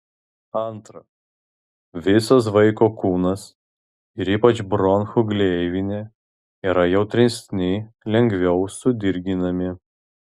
antra visas vaiko kūnas ir ypač bronchų gleivinė yra jautresni lengviau sudirginami